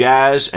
Jazz